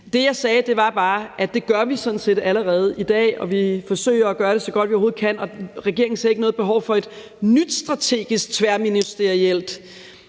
Det, jeg sagde, var bare, at det gør vi sådan set allerede i dag, og vi forsøger at gøre det, så godt vi overhovedet kan. Regeringen ser ikke noget behov for en ny strategisk tværministeriel